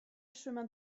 chemin